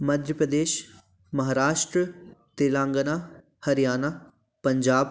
Madhya Pradesh Maharashtra Telangana Haryana Punjab